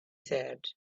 said